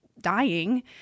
dying